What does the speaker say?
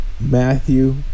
Matthew